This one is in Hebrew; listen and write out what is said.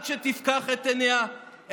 עד שתפקח את עיניה,